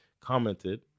commented